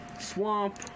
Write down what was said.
Swamp